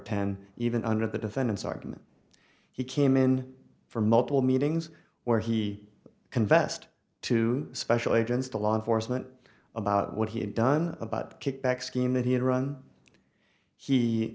ten even under the defendant's argument he came in for multiple meetings where he confessed to special agents to law enforcement about what he had done about kickback scheme that he had run he